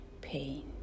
Pain